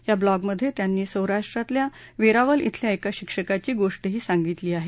या ब्लॉगमधे त्यांनी सौराष्ट्रातल्या वेरावल इथल्या एका शिक्षकाची गोष्टही सांगितली आहे